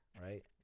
right